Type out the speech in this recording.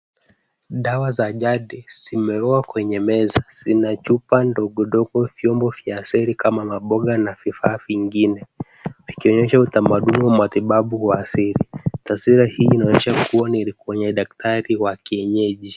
Dawa za jadi zimeruwa kwenye meza. Zina chupa dogo dogo vyombo vya asili kama maboga na vifaa vingine vikionyesha utamaduni wa matibabu wa asili. Taswira hii inaonyesha kuwa ni kwenye daktari wa kienyeji.